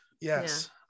yes